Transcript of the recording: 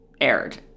aired